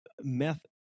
meth